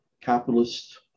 capitalist